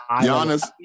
Giannis